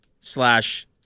slash